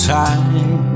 time